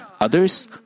Others